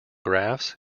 graphs